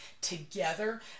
together